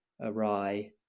awry